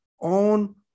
on